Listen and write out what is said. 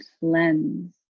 lens